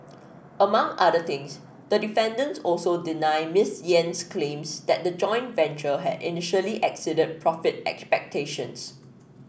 among other things the defendants also deny Ms Yen's claims that the joint venture had initially exceeded profit expectations